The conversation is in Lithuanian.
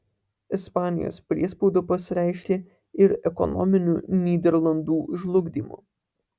ispanijos priespauda pasireiškė ir ekonominiu nyderlandų žlugdymu